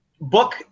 book